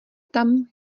tam